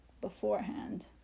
beforehand